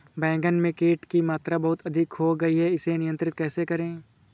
बैगन में कीट की मात्रा बहुत अधिक हो गई है इसे नियंत्रण कैसे करें?